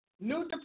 new